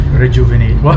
rejuvenate